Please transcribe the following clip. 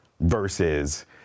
versus